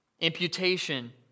Imputation